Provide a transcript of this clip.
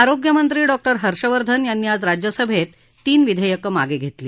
आरोग्यमंत्री डॉ हर्षवर्धन यांनी आज राज्यसभेत तीन विधेयक मागे घेतली